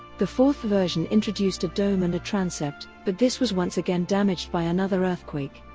the fourth version introduced a dome and a transept, but this was once again damaged by another earthquake.